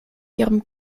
ihrem